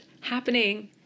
happening